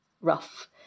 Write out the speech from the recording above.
rough